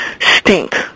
stink